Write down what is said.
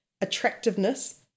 attractiveness